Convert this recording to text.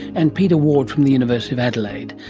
and peter ward from the university of adelaide.